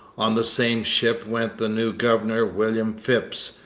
on the same ship went the new governor, william phipps,